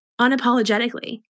unapologetically